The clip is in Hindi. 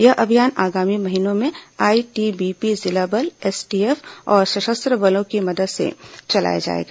यह अभियान आगामी महीनों में आईटीबीपी जिला बल एसटीएफ और सशस्त्र बलों की मदद से चलाया जाएगा